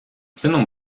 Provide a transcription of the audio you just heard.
чином